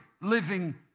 living